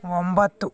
ಒಂಬತ್ತು